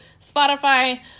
Spotify